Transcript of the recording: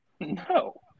No